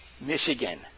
Michigan